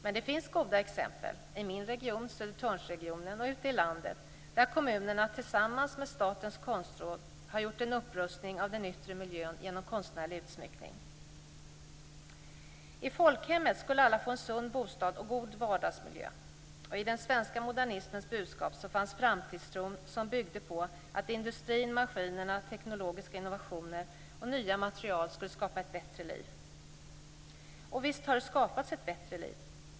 Men det finns goda exempel i min region, Södertörnsregionen, och ute i landet där kommunerna tillsammans med Statens konstråd har gjort en upprustning av den yttre miljön genom konstnärlig utsmyckning. I folkhemmet skulle alla få en sund bostad och god vardagsmiljö. I den svenska modernismens budskap fanns framtidstron som byggde på att industrin, maskinerna, teknologiska innovationer och nya material skulle skapa ett bättre liv. Och visst har det skapats ett bättre liv.